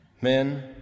Men